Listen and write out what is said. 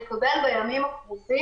איך קיבלתם את הטלפונים?